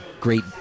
great